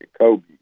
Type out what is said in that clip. Kobe